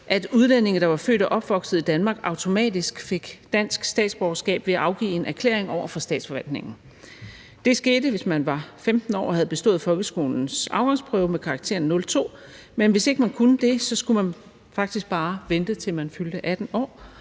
at udlændinge, der var født og opvokset i Danmark, automatisk fik dansk statsborgerskab ved at afgive en erklæring over for Statsforvaltningen. Det skete, hvis man var 15 år og havde bestået folkeskolens afgangsprøve med karakteren 02, men hvis man ikke kunne det, skulle man faktisk bare vente, til man fyldte 18 år,